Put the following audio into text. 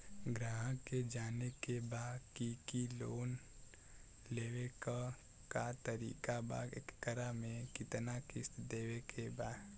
ग्राहक के जाने के बा की की लोन लेवे क का तरीका बा एकरा में कितना किस्त देवे के बा?